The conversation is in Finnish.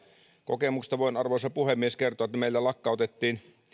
kokemuksesta voin arvoisa puhemies kertoa että meillä lakkautettiin